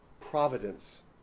providence